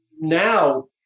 now